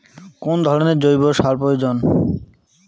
কোন ধরণের জৈব সার প্রয়োজন?